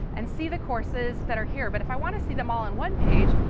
and see the courses that are here. but if i want to see them all on one page,